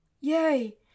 Yay